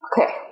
Okay